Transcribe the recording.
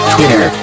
Twitter